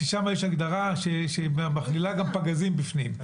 ששם יש הגדרה שמכלילה גם פגזים בפנים,